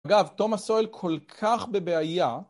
אגב, תומאס סואל כל כך בבעיה